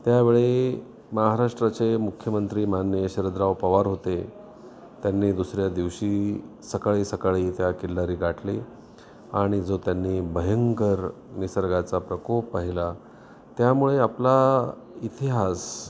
त्यावेळी महाराष्ट्राचे मुख्यमंत्री माननीय शरदराव पवार होते त्यांनी दुसऱ्या दिवशी सकाळी सकाळी त्या किल्लारी गाठली आणि जो त्यांनी भयंकर निसर्गाचा प्रकोप पहिला त्यामुळे आपला इतिहास